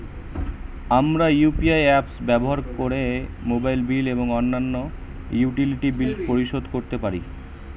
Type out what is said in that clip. আমরা UPI apps ব্যবহার করে মোবাইল বিল এবং অন্যান্য ইউটিলিটি বিল পরিশোধ করতে পারি